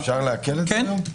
לא הבנתי, אפשר לעקל את זה היום?